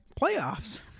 Playoffs